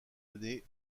année